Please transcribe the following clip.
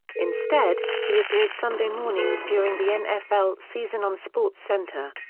instead, he appears sunday mornings during the nfl season on sportscenter.